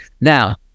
Now